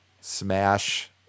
smash